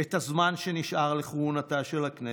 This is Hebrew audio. את הזמן שנשאר לכהונתה של הכנסת.